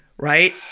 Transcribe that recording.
Right